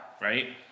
right